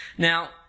Now